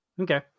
okay